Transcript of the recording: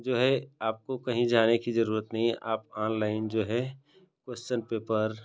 जो है आपको कहीं जाने की जरूरत नहीं है आप ऑनलाइन जो है क्वेस्चन पेपर